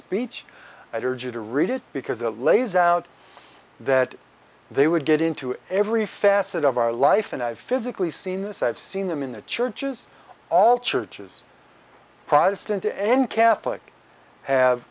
speech i heard you to read it because it lays out that they would get into every facet of our life and i've physically seen this i've seen them in the churches all churches protestant and catholic have